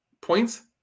points